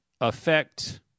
affect